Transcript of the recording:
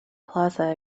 plaza